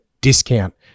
discount